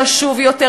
קשוב יותר,